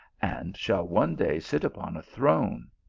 and shall one day sit upon a throne.